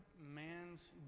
man's